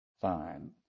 fine